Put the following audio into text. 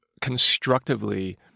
constructively